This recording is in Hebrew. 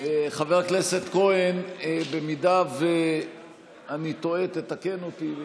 חבר הכנסת כהן, אם אני טועה, תקן אותי.